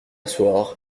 soir